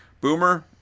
Boomer